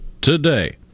today